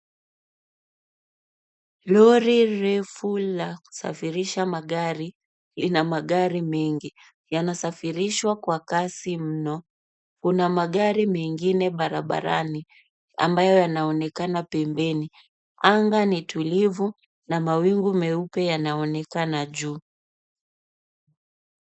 Lori refu la kusafirisha magari lina magari mengi, yanasafirishwa kwa kasi mno. Kuna magari mengine barabarani ambayo yanaonekana pembeni. Anga ni tulivu na mawingu meupe yanaonekana juu.